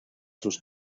sus